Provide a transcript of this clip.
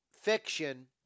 fiction